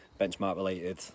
benchmark-related